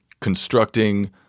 constructing